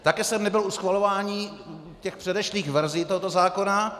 Také jsem nebyl u schvalování těch předešlých verzí tohoto zákona.